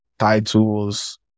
Titles